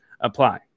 apply